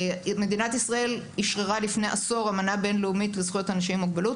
מדינת ישראל אשררה לפני עשור אמנה בינלאומית לזכויות אנשים עם מוגבלות.